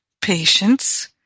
patience